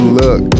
look